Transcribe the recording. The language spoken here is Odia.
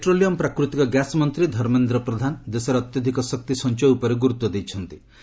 ପ୍ରଧାନ ଅଏଲ୍ ପେଟ୍ରୋଲିୟମ୍ ପ୍ରାକୃତିକ ଗ୍ୟାସ୍ ମନ୍ତ୍ରୀ ଧର୍ମେନ୍ଦ୍ର ପ୍ରଧାନ ଦେଶରେ ଅତ୍ୟଧିକ ଶକ୍ତି ସଞ୍ଚୟ ଉପରେ ଗୁରୁତ୍ୱ ଦେଇଛନ୍ତି